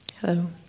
Hello